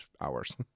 hours